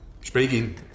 Speaking